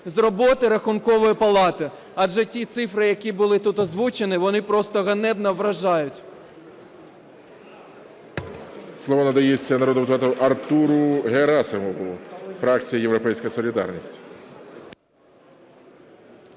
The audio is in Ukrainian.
з роботи Рахункової палати, адже ті цифри, які були тут озвучені, вони просто ганебно вражають.